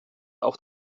auch